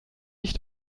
nicht